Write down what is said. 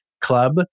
Club